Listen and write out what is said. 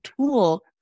tool